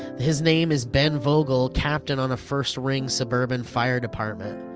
his name is ben vogel, captain on a first ring suburban fire department.